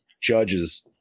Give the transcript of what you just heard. judges